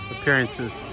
appearances